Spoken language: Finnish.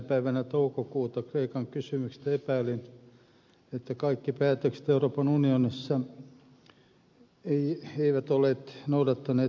päivänä toukokuuta kreikan kysymyksestä epäilin että kaikki päätökset euroopan unionissa eivät olleet noudattaneet perustamissopimusta